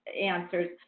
answers